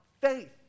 faith